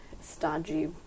stodgy